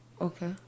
Okay